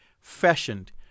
fashioned